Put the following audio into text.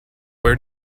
where